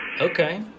Okay